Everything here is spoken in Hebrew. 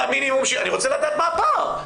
אני רוצה לדעת מה הפער,